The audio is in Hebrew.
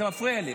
זה מפריע לי,